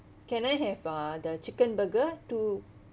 can I have uh the chicken burger two